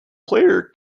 player